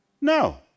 No